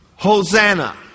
Hosanna